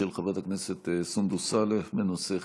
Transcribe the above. של חברת הכנסת סונדוס סאלח, בנושא חיסונים.